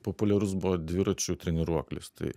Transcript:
populiarus buvo dviračių treniruoklis tai